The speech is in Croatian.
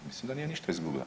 Mislim da nije ništa izgubila.